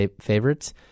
favorites